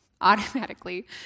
automatically